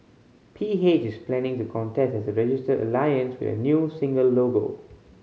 P H is planning to contest as a registered alliance with a new single logo